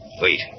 Wait